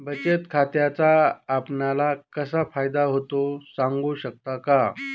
बचत खात्याचा आपणाला कसा फायदा होतो? सांगू शकता का?